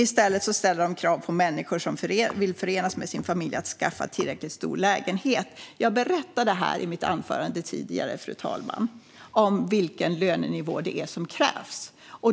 I stället ställer den krav på människor som vill återförenas med sin familj att skaffa tillräckligt stor lägenhet. Jag berättade i mitt anförande, fru talman, om vilken lönenivå det är som krävs.